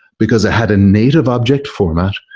because it had a native object format,